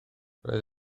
roedd